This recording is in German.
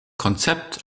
konzept